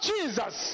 Jesus